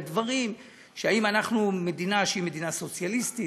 בדברים: האם אנחנו מדינה שהיא מדינה סוציאליסטית,